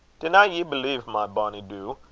dinna ye believe, my bonny doo,